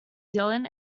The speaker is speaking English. dillon